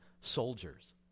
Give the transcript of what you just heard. soldiers